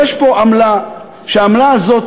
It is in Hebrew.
העמלה הזאת,